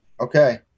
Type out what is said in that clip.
Okay